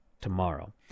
tomorrow